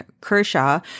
Kershaw